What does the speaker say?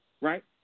Right